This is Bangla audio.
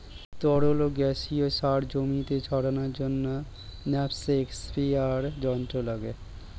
তরল ও গ্যাসীয় সার জমিতে ছড়ানোর জন্য ন্যাপস্যাক স্প্রেয়ার যন্ত্র লাগে